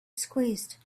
squeezed